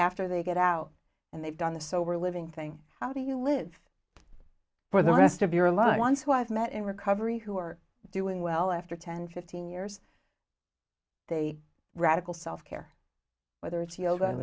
after they get out and they've done the sober living thing how do you live for the rest of your loved ones who i've met in recovery who are doing well after ten fifteen years they radical south care whether it's